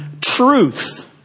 truth